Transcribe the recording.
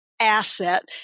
asset